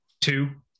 Two